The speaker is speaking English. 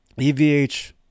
EVH